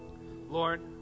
Lord